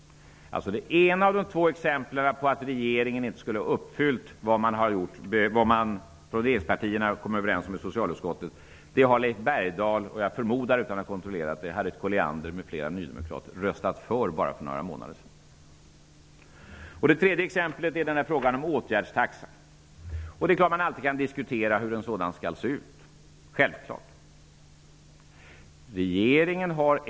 Det ena av de två exemplen på att regeringen inte skulle ha uppfyllt vad man från regeringspartierna har kommit överens om i socialutskottet har Leif Bergdahl -- utan att jag har kontrollerat det förmodar jag att det gäller även Harriet Colliander m.fl. nydemokrater -- röstat för bara för några månader sedan. Det tredje exemplet gäller åtgärdstaxan. Man kan naturligtvis alltid diskutera hur en sådan skall se ut.